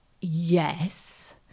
yes